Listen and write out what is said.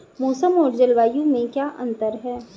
मौसम और जलवायु में क्या अंतर?